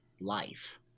life